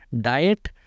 diet